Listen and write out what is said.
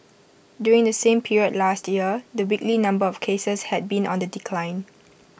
during the same period last year the weekly number of cases had been on the decline